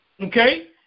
Okay